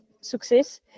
success